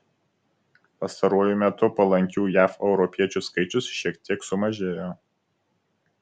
pastaruoju metu palankių jav europiečių skaičius šiek tiek sumažėjo